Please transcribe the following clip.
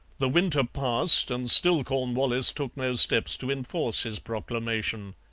the winter passed, and still cornwallis took no steps to enforce his proclamation.